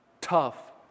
tough